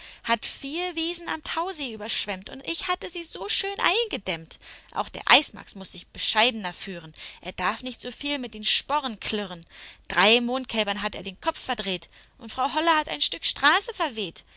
hat vier wiesen am tausee überschwemmt und ich hatte sie so schön eingedämmt auch der eismax muß sich bescheidener führen er darf nicht so viel mit den sporen klirren drei mondkälbern hat er den kopf verdreht und frau holle hat ein stück straße verweht